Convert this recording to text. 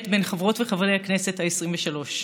בין חברות וחברי הכנסת העשרים-ושלוש.